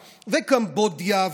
קמבודיה,